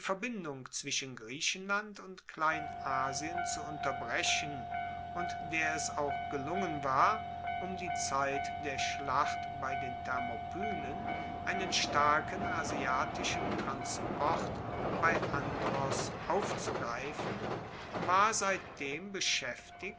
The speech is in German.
zwischen griechenland und kleinasien zu unterbrechen und der es auch gelungen war um die zeit der schlacht bei den thermopylen einen starken asiatischen transport bei andros aufzugreifen war seitdem beschaeftigt